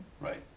Right